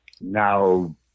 now